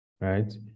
right